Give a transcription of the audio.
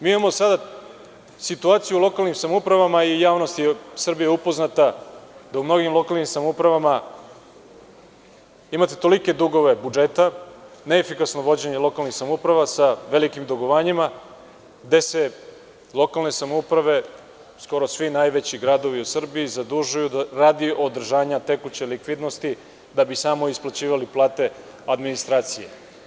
Mi imamo sada situaciju u lokalnim samoupravama i javnost Srbije je upoznata da u mnogim lokalnim samoupravama imate tolike dugove budžeta, neefikasno vođenje lokalnih samouprava, sa velikim dugovanjima, gde se lokalne samouprave, skoro svi najveći gradovi u Srbiji, zadužuju radi održanja tekuće likvidnosti, da bi samo isplaćivali plate administracije.